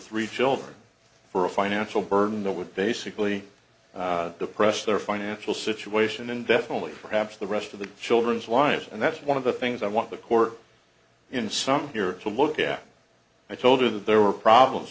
three children for a financial burden that would basically depress their financial situation indefinitely perhaps the rest of the children's lives and that's one of the things i want the court in some here to look at i told you that there were problems